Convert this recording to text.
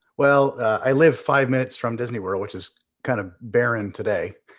well, i live five minutes from disney world, which is kind of barren today,